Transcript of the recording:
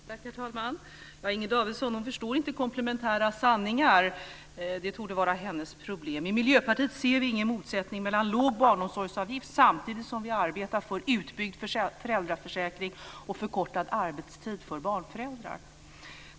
Herr talman! Inger Davidson förstår inte komplementära sanningar. Det torde vara hennes problem. I Miljöpartiet ser vi ingen motsättning mellan att ha en låg barnomsorgsavgift samtidigt som vi arbetar för utbyggd föräldraförsäkring och förkortad arbetstid för barnföräldrar.